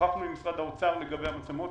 שוחחנו עם משרד האוצר לגבי המצלמות,